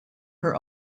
her